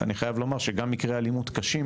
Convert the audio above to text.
אני חייב לומר שגם מקרי אלימות קשים